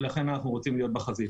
ולכן אנחנו רוצים להיות בחזית.